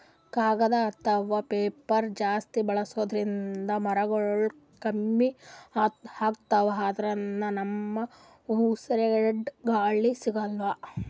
ಕಾಗದ್ ಅಥವಾ ಪೇಪರ್ ಜಾಸ್ತಿ ಬಳಸೋದ್ರಿಂದ್ ಮರಗೊಳ್ ಕಮ್ಮಿ ಅತವ್ ಅದ್ರಿನ್ದ ನಮ್ಗ್ ಉಸ್ರಾಡ್ಕ ಗಾಳಿ ಸಿಗಲ್ಲ್